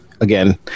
Again